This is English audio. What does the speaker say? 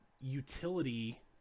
utility